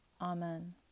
Amen